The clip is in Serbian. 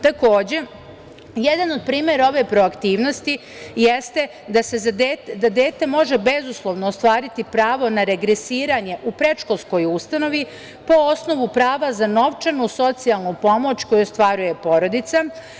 Takođe, jedan od primera ove proaktivnosti jeste da dete može bezuslovno ostvariti pravo na regresiranje u predškolskoj ustanovi po osnovu prava na novčanu socijalnu pomoć koju ostvaruje porodica.